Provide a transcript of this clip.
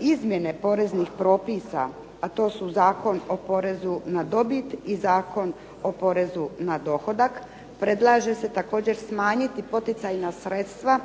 izmjene poreznih propisa, a to su Zakon o porezu na dobit i Zakon o porezu na dohodak, predlaže se također smanjiti poticajna sredstva